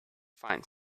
find